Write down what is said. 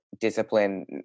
discipline